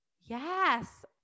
Yes